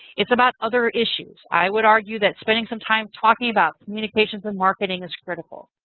it's about other issues. i would argue that spending some time talking about communications and marketing is critical.